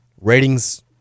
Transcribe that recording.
Ratings